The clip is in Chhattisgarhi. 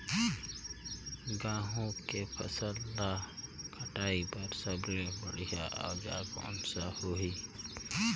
गहूं के फसल ला कटाई बार सबले बढ़िया औजार कोन सा होही?